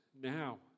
now